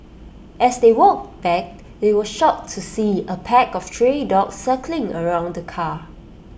as they walked back they were shocked to see A pack of stray dogs circling around the car